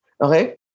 Okay